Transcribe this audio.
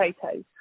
potatoes